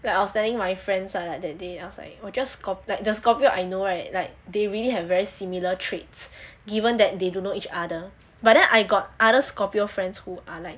like I was telling my friends ah like that day I was like 我 just like the scorpio I know right like they really have very similar traits given that they don't know each other but then I got other scorpio friends who are like